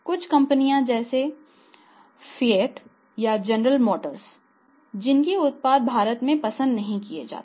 कुछ कंपनियां हैं जैसे फिएट या जनरल मोटर्स जिनके उत्पाद भारत में पसंद नहीं किए जाते हैं